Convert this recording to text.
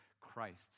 Christ